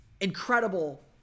incredible